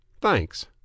thanks